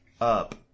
up